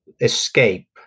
escape